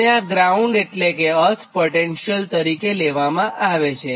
અને આ ગ્રાઉન્ડ એટલે કે અર્થ પોટેંશિયલ તરીકે લેવામાં આવેલ છે